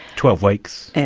twelve weeks. and